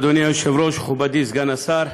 אדוני היושב-ראש, תודה, מכובדי סגן השר,